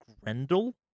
Grendel